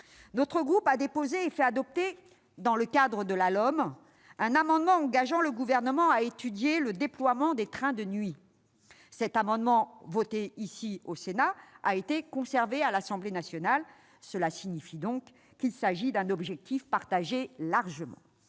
Notre groupe a déposé et fait adopter, dans le cadre de la loi d'orientation des mobilités (LOM), un amendement engageant le Gouvernement à étudier le déploiement des trains de nuit. Cet amendement, voté ici, au Sénat, a été conservé à l'Assemblée nationale, ce qui signifie qu'il s'agit d'un objectif largement